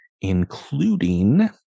including